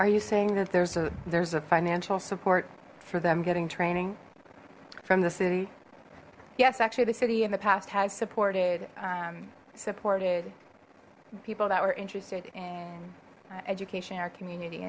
are you saying that there's a there's a financial support for them getting training from the city yes actually the city in the past has supported supported people that were interested in education in our community